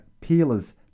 Peelers